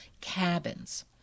cabins